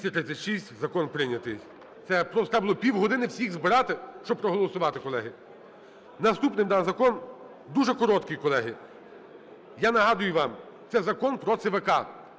За-236 Закон прийнятий. Це треба було півгодини всіх збирати, щоб проголосувати, колеги! Наступний у нас закон дуже короткий, колеги. Я нагадую вам, це Закон про ЦВК,